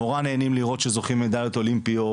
נורא נהנים לראות שזוכים במדליות אולימפיות,